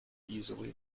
easily